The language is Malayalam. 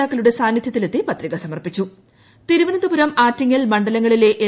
നേതാക്കളുടെ സാന്നിധ്യത്തിലെത്തീ പത്രിക തിരുവനന്തപുരം ആറ്റിങ്ങൽ മുണ്ഡലങ്ങളിലെ എൽ